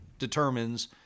determines